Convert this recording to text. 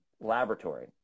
laboratory